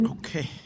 Okay